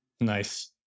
Nice